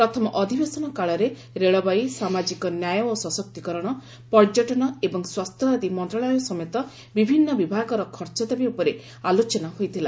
ପ୍ରଥମ ଅଧିବେଶନ କାଳରେ ରେଳବାଇ ସାମାଜିକ ନ୍ୟାୟ ଓ ସଶକ୍ତୀକରଣ ପର୍ଯ୍ୟଟନ ଏବଂ ସ୍ୱାସ୍ଥ୍ୟ ଆଦି ମନ୍ତ୍ରଣାଳୟ ସମେତ ବିଭିନ୍ନ ବିଭାଗର ଖର୍ଚ୍ଚ ଦାବି ଉପରେ ଆଲୋଚନା ହୋଇଥିଲା